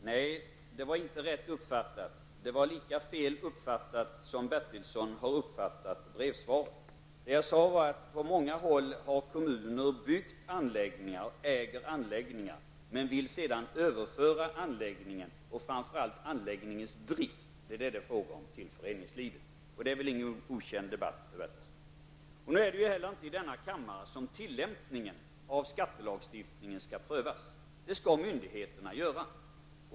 Herr talman! Nej, det var inte rätt uppfattat. Det var lika fel uppfattat som Bertilsson har uppfattat brevsvaret. Jag sade att kommunerna har på många håll byggt anläggningar och äger anläggningar, men de vill sedan överföra anläggningarna och framför allt anläggningarnas drift till föreningslivet. Det är väl ingen okänd debatt, Bertilsson? Det är inte i denna kammare som tillämpningen av skattelagstiftningen skall prövas. Det skall myndigheterna göra.